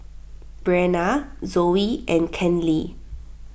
Brenna Zoey and Kenley